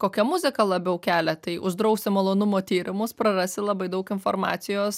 kokia muzika labiau kelia tai uždrausi malonumo tyrimus prarasi labai daug informacijos